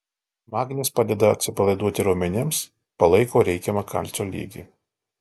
magnis padeda atsipalaiduoti raumenims palaiko reikiamą kalcio lygį